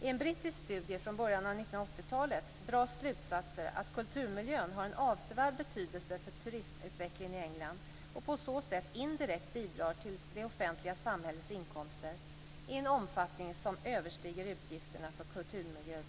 I en brittisk studie från början av 1980-talet dras slutsatser att kulturmiljön har en avsevärd betydelse för turismutvecklingen i England och på så sätt indirekt bidrar till det offentliga samhällets inkomster i en omfattning som överstiger utgifterna för kulturmiljövård.